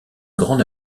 grande